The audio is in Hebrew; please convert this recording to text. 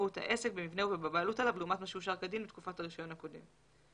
במבנהו ובבעלות עליו לעומת מה שאושר כדין בתקופת הרישיון הקודם".